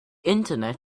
internet